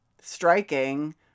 striking